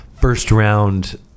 first-round